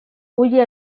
huye